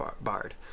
bard